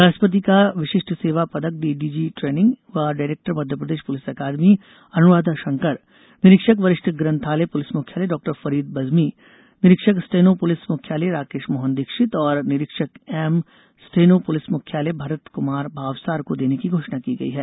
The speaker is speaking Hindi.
राष्ट्रपति का विशिष्ट सेवा पदक एडीजी ट्रेनिंग व डायरेक्टर मप्र पुलिस अकादमी अनुराधा शंकर निरीक्षक वरिष्ठ ग्रंथालय पुलिस मुख्यालय डॉ फरीद बजमी निरीक्षक स्टेनो पुलिस मुख्यालय राकेश मोहन दीक्षित और निरीक्षक एम स्टेनो पुलिस मुख्यालय भरत कुमार भावसर को देने की घोषणा की गई है